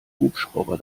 hubschrauber